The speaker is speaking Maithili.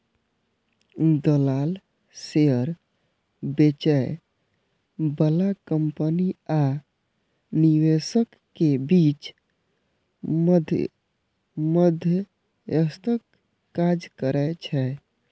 दलाल शेयर बेचय बला कंपनी आ निवेशक के बीच मध्यस्थक काज करै छै